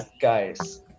guys